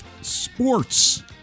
sports